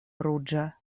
ruĝa